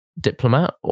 diplomat